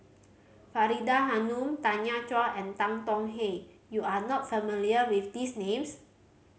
Faridah Hanum Tanya Chua and Tan Tong Hye you are not familiar with these names